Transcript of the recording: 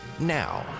now